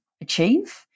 achieve